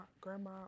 grandma